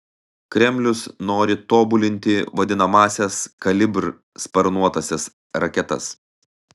kremlius nori tobulinti vadinamąsias kalibr sparnuotąsias raketas